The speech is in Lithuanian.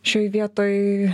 šioj vietoj